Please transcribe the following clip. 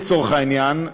לצורך העניין,